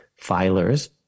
filers